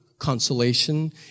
Consolation